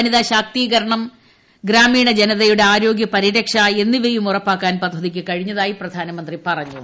വനിതാ ശാക്തീകരണം ഗ്രാമീണ ജനതയുടെ ആരോഗ്യ പരിരക്ഷ എന്നിവയും ഉറപ്പാക്കാൻ പദ്ധതിക്ക് കഴിഞ്ഞതായി പ്രധാനമന്ത്രി പറഞ്ഞു